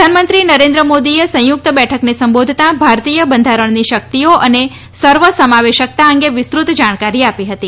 પ્રધાનમંત્રી નરેન્દ્ર મોદીએ સંયુક્ત બેઠકને સંબોધતા ભારતીય બંધારણની શક્તિઓ અને સર્વસમાવેશકતા અંગે વિસ્તૃત જાણકારી આપી હતી